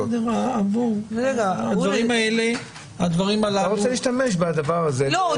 אתה רוצה להשתמש בדברים האלה --- לא,